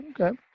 okay